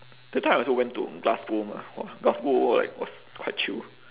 that time I also went to glasgow mah !wah! glasgow like was quite chill